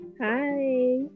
Hi